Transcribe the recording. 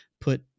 put